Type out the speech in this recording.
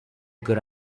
good